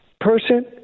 person